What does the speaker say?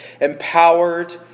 empowered